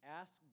ask